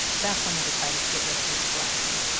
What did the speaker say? that's when he decided to get rid of his collection.